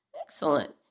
excellent